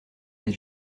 des